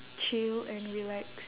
chill and relax